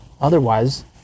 Otherwise